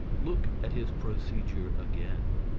look at his procedure again.